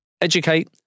educate